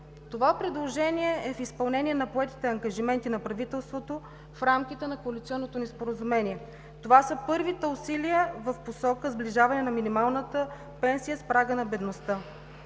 лв. Предложението е в изпълнение на поетите ангажименти на правителството в рамките на коалиционното ни споразумение. Това са първите усилия в посока сближаване на минималната пенсия с прага на бедността.